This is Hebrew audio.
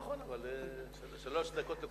נכון, אבל שלוש דקות לכל דובר.